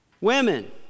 Women